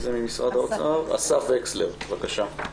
אסף וקסלר, בבקשה.